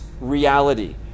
reality